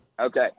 Okay